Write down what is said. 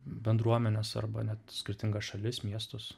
bendruomenes arba net skirtingas šalis miestus